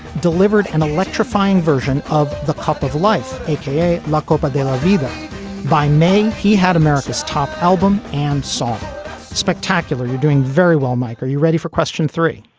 delivered an electrifying version of the cup of life a k a. lucky. but they like then either by man he had america's top album and song spectacular. you're doing very well, mike are you ready for question three?